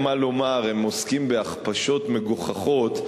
מה לומר הם עוסקים בהכפשות מגוחכות.